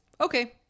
okay